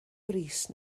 brys